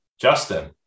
Justin